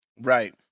Right